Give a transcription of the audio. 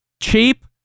cheap